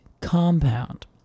Compound